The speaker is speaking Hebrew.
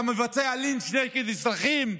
אתה מבצע לינץ' נגד אזרחים?